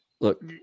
Look